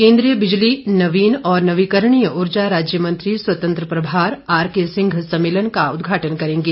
केन्द्रीय बिजली नवीन और नवीकरणीय ऊर्जा राज्य मंत्री स्वतंत्र प्रभार आरके सिंह सम्मेलन का उद्घाटन करेंगे